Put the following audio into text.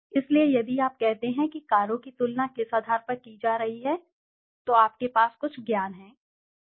इसलिए यदि आप कहते हैं कि कारों की तुलना किस आधार पर की जा रही है तो आपके पास कुछ ज्ञान है सही है